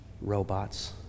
robots